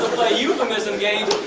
euphemism games.